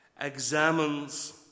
examines